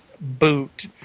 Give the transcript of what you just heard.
boot